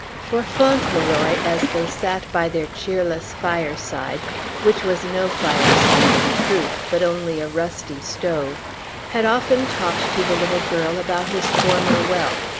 for fauntleroy, as they sat by their cheerless fireside which was no fireside, in truth, but only a rusty stove had often talked to the little girl about his former wealth,